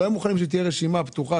הם לא היו מוכנים שתהיה רשימה פתוחה